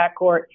backcourt